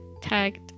tagged